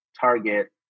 target